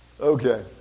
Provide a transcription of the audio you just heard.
Okay